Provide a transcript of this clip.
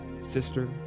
sister